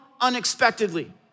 unexpectedly